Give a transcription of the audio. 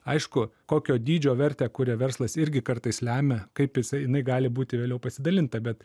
aišku kokio dydžio vertę kuria verslas irgi kartais lemia kaip jisai jinai gali būti vėliau pasidalinta bet